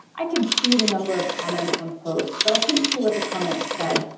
i could see the number of comments on posts, but i couldn't see what the comment said.